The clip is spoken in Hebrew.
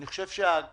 אני חושב שההצעה